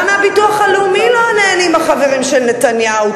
גם מהביטוח הלאומי לא נהנים החברים של נתניהו.